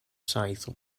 saith